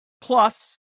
Plus